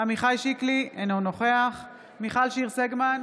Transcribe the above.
עמיחי שיקלי, אינו נוכח מיכל שיר סגמן,